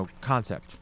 concept